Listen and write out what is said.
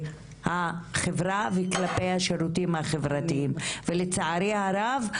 החברה וכלפיי השירותים החברתיים ונותניהם ולצערי הרב,